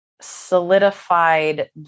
solidified